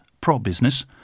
pro-business